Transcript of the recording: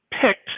picked